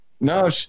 No